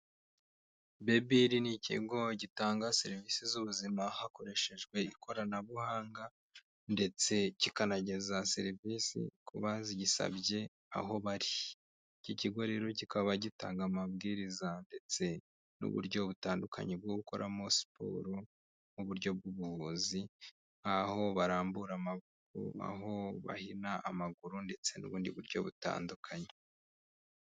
Bebiri ni ikigo gitanga serivisi z'ubuzima hakoreshejwe ikoranabuhanga, ndetse kikanageza serivisi ku bazigisabye aho bari. Iki kigo rero kikaba gitanga amabwiriza, ndetse n'uburyo butandukanye bwo gukoramo siporo, nk'uburyo bw'ubuvuzi, nk'aho barambura amaguru, aho bahina amaguru, ndetse n'ubundi buryo butandukanye.